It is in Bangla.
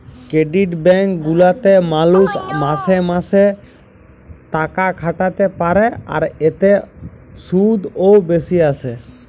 ক্রেডিট ব্যাঙ্ক গুলাতে মালুষ মাসে মাসে তাকাখাটাতে পারে, আর এতে শুধ ও বেশি আসে